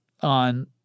On